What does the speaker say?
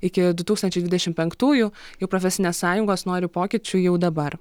iki du tūkstančiai dvidešimt penktųjų jų profesinės sąjungos noriu pokyčių jau dabar